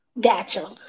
Gotcha